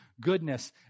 goodness